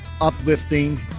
uplifting